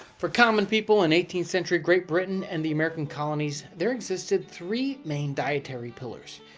for common people in eighteenth century great britain and the american colonies, there existed three main dietary pillars,